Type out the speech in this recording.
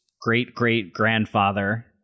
great-great-grandfather